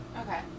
Okay